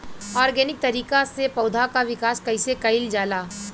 Organic तरीका से पौधा क विकास कइसे कईल जाला?